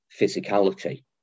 physicality